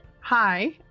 hi